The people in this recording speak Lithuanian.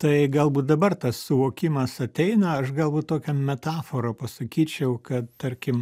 tai galbūt dabar tas suvokimas ateina aš galbūt tokią metaforą pasakyčiau kad tarkim